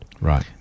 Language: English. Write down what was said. Right